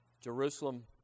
Jerusalem